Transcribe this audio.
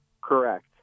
Correct